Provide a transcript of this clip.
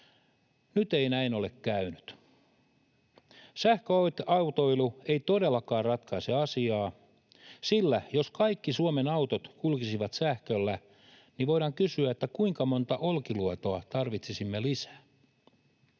Nyt ei näin ole käynyt. Sähköautoilu ei todellakaan ratkaise asiaa: jos kaikki Suomen autot kulkisivat sähköllä, niin voidaan kysyä, kuinka monta Olkiluotoa tarvitsisimme lisää.